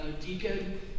deacon